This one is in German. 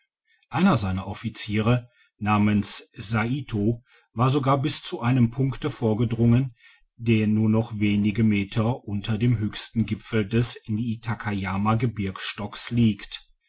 einer seiner offiziere namens saito war sogar bis zu einem punkte vorgedrungen der nur noch wenige meter unter dem höchsten gipfel des niitakayama gebirgsstockes liegt